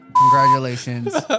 Congratulations